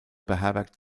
beherbergt